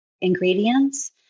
ingredients